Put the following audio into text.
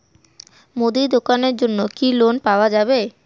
মুদি দোকানের জন্যে কি লোন পাওয়া যাবে?